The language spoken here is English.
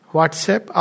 WhatsApp